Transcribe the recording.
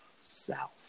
South